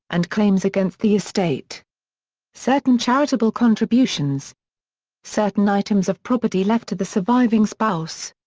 and claims against the estate certain charitable contributions certain items of property left to the surviving spouse.